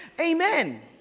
amen